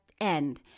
end